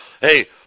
hey